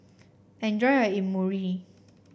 enjoy your Imoni